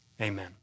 Amen